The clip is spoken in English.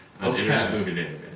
Okay